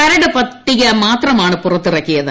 കരട് പത്രിക മാത്രമാണ് പുറത്തിറക്കിയത്